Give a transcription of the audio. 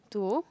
to